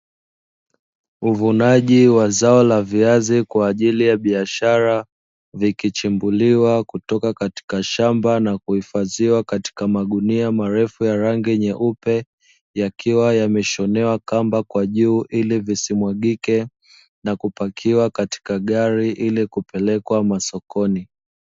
Uvunaji wa zao la viazi kwajili ya biashara, vikichimbuliwa kutoka katika shamba na kuhifadhiwa katika magunia marefu ya rangi nyeupe yakiwa yameshonewa kamba kwa juu ili visimwagike na kupakiwa katika gari ili kupelekwa masokoni.